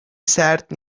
سرد